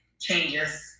changes